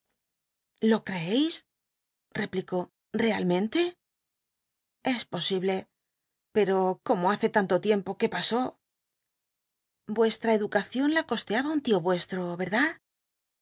lo creeis replicó realmente f s po iblc pero como hace tanto tiempo que pasó vuestra educación la costeaba un lio vuestro erdad